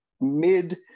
mid